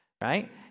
Right